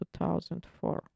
2004